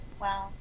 wow